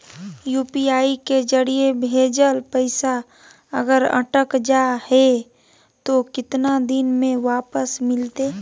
UPI के जरिए भजेल पैसा अगर अटक जा है तो कितना दिन में वापस मिलते?